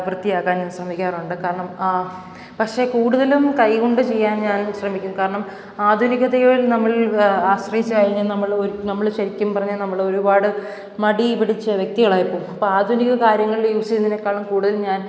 വൃത്തിയാക്കാൻ ഞാൻ ശ്രമിക്കാറുണ്ട് കാരണം ആ പക്ഷേ കൂടുതലും കൈ കൊണ്ട് ചെയ്യാൻ ഞാൻ ശ്രമിക്കും കാരണം ആധുനകതയോൽ നമ്മൾ ആശ്രയിച്ച് കഴിഞ്ഞ നമ്മൾ ഒരു നമ്മൾ ശരിക്കും പറഞ്ഞാൽ നമ്മളൊരുപാട് മടി പിടിച്ച വ്യക്തികളായിപ്പോകും അപ്പം ആധുനിക കാര്യങ്ങളിൽ യൂസ് ചെയ്യുന്നതിനേക്കാളും കൂടുതൽ ഞാൻ